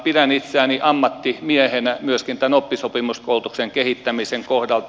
pidän itseäni ammattimiehenä myöskin tämän oppisopimuskoulutuksen kehittämisen kohdalta